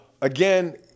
again